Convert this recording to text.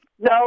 No